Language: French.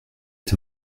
est